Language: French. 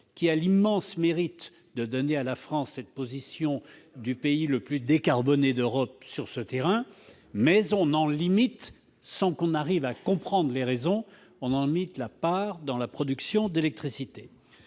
qui a l'immense mérite de donner à la France cette position du pays le plus décarboné d'Europe sur ce terrain. Oui ! Mais, sans qu'on en comprenne les raisons, on en limite la part dans la production d'électricité.